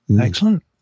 Excellent